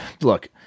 Look